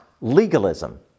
legalism